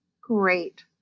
great